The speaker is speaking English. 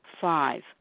five